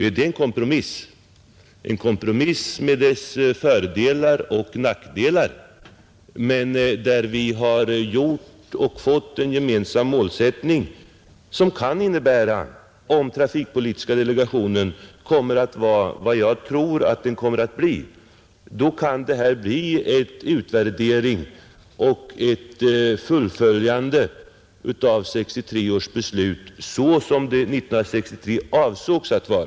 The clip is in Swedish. Vad som åstadkommits i utskottet är en kompromiss med dess fördelar och nackdelar, men vi har där kommit fram till en gemensam målsättning som, om trafikpolitiska delegationen blir vad jag tror att den kommer att bli, kan leda till en utvärdering och ett fullföljande av tillämpningen av 1963 års beslut.